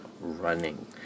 running